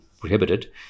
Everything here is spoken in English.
prohibited